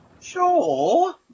Sure